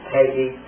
Peggy